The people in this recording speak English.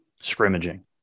scrimmaging